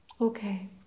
Okay